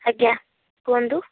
ଆଜ୍ଞା କୁହନ୍ତୁ